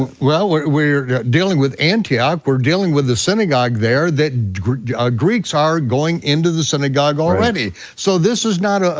well, we're we're dealing with antioch, we're dealing with the synagogue there that greeks ah greeks are going into the synagogue already. so this is not, ah